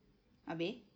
habis